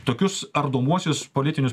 tokius ardomuosius politinius